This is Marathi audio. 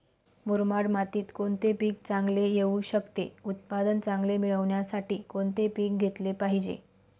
मुरमाड मातीत कोणते पीक चांगले येऊ शकते? उत्पादन चांगले मिळण्यासाठी कोणते पीक घेतले पाहिजे?